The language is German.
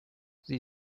sie